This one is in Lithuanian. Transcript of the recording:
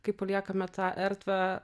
kai paliekame tą erdvę